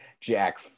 Jack